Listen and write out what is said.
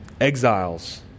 exiles